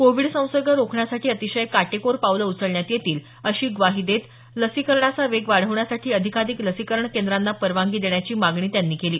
Covid संसर्ग रोखण्यासाठी अतिशय काटेकोर पावलं उचलण्यात येतील अशी ग्वाही देत लसीकरणाचा वेग वाढवण्यासाठी अधिकाधिक लसीकरण केंद्रांना परवानगी देण्याची मागणी त्यांनी केली